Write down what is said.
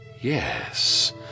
Yes